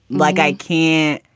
like i can't.